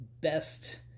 best